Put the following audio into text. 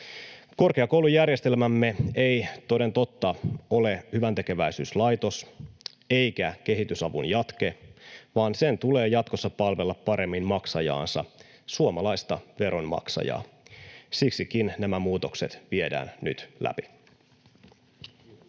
Korkeakoulujärjestelmämme ei toden totta ole hyväntekeväisyyslaitos eikä kehitysavun jatke, vaan sen tulee jatkossa palvella paremmin maksajaansa, suomalaista veronmaksajaa. Siksikin nämä muutokset viedään nyt läpi.